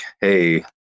hey